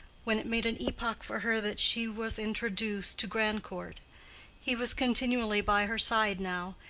when it made an epoch for her that she was introduced to grandcourt he was continually by her side now,